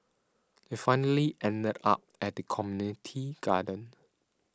it finally ended up at the community garden